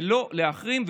ולא להחרים,